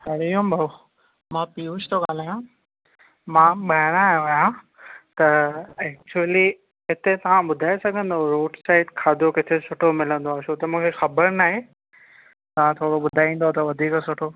हरी ओम भाउ मां पीयूष थो ॻाल्हायां मां बाहिरां आयो आहियां त एकचुली हिते तव्हां ॿुधाए सघंदौ रोड साइड खाधो किथे सुठो मिलंदो आहे छो त मूंखे ख़बर न आहे तव्हां थोरो ॿुधाईंदौ त वधीक सुठो